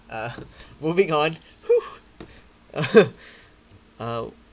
uh moving on !whew! uh